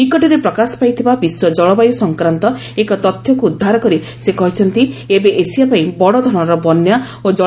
ନିକଟରେ ପ୍ରକାଶ ପାଇଥିବା ବିଶ୍ୱ ଜଳବାୟୁ ସଂକ୍ରାନ୍ତ ଏକ ତଥ୍ୟକୁ ଉଦ୍ଧାର କରି ସେ କହିଛନ୍ତି ଏବେ ଏସିଆପାଇଁ ବଡ଼ ଧରଣର ବନ୍ୟା ଓ ଜଳପ୍ଲାବନର ବିପଦ ରହିଛି